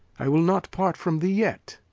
i will not part from thee yet.